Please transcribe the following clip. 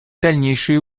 дальнейшие